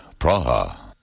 Praha